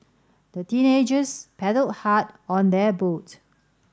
the teenagers paddled hard on their boat